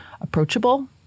approachable